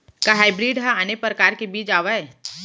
का हाइब्रिड हा आने परकार के बीज आवय?